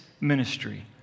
ministry